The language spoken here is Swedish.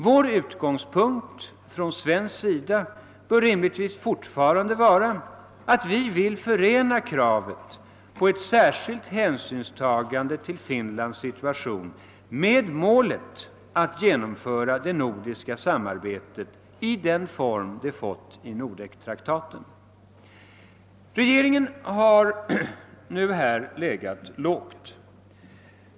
Vår utgångspunkt från svensk sida bör rimligtvis fortfarande vara att vi vill förena kravet på ett särskilt hänsynstagande till Finlands situation med målet att genomföra det nordiska samarbetet i den form det fått i Nordektraktaten. Regeringen har här legat lågt.